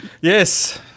Yes